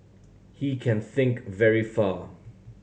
he can think very far